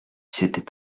s’étaient